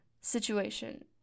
situation